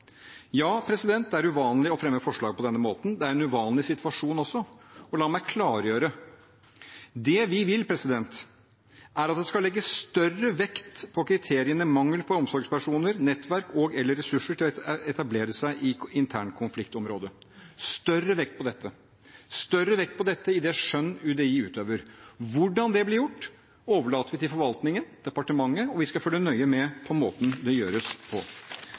Ja, det er uvanlig å fremme forslag på denne måten. Det er en uvanlig situasjon også. La meg klargjøre: Det vi vil, er at det skal legges større vekt på kriteriene mangel på omsorgspersoner, nettverk og/eller ressurser til å etablere seg i internkonfliktområder – større vekt på dette, større vekt på dette i det skjønn UDI utøver. Hvordan det blir gjort, overlater vi til forvaltningen, departementet, og vi skal følge nøye med på måten det gjøres på.